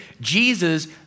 Jesus